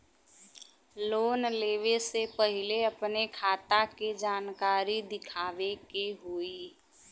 Loan लेवे से पहिले अपने खाता के जानकारी दिखावे के होई?